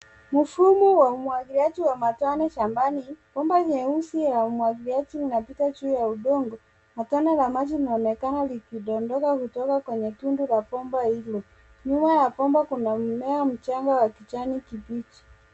Mfumo wa umwagiliaji wa matone shambani . Bomba nyeusi ya umwagiliaji linapita juu ya udongo na tone la maji linaonekana likidondoka kutoka kwenye tundu la bomba hilo. Nyuma ya bomba kuna mmea mchanga wa kijani kibichi.